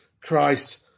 Christ